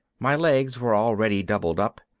my legs were already doubled up.